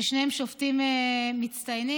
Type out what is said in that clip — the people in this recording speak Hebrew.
ששניהם שופטים מצטיינים,